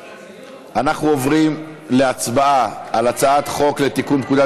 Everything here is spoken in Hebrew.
אנחנו עוברים להצבעה על הצעת חוק לתיקון פקודת